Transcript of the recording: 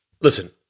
Listen